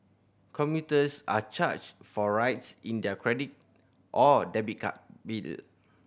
commuters are charged for rides in their credit or debit card bill